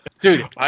dude